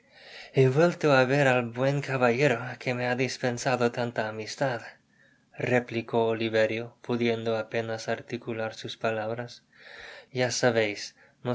he vuelto á ver al buen caballero que me ha dispensado tanta amistadjreplicó oliverio pudiendo apenas articular süsptabrás ya sabeis mr